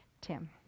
Tim